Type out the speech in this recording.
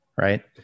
Right